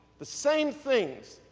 the same things,